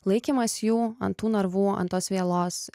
laikymas jų an tų narvų an tos vielos